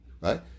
right